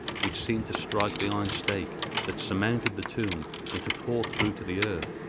which seemed to strike the iron stake that surmounted the tomb and to pour through to the earth,